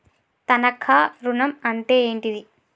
తనఖా ఋణం అంటే ఏంటిది?